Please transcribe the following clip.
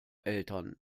eltern